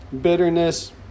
bitterness